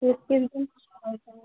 किस किस दिन और